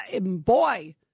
Boy